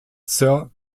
sir